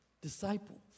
disciples